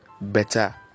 better